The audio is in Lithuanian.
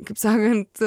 kaip sakant